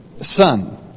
son